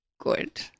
good